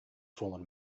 fallen